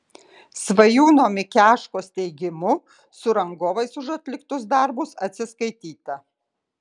svajūno mikeškos teigimu su rangovais už atliktus darbus atsiskaityta